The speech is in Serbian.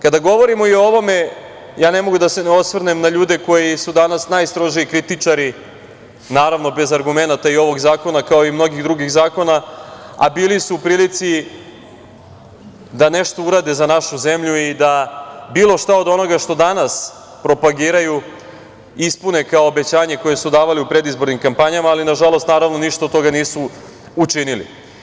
Kada govorimo i o ovome, ja ne mogu da se ne osvrnem na ljude koji su danas najstroži kritičari, naravno bez argumenata ovog zakona kao i mnogi drugih zakona, ali bili su u prilici da nešto urade za našu zemlju i da bilo šta od onoga što danas propagiraju, ispune kao obećanje koje su davali u predizbornim kampanjama, ali na žalost, naravno ništa od toga nisu učinili.